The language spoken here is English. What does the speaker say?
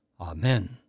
Amen